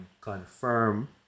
confirm